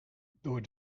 door